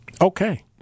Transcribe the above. okay